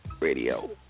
Radio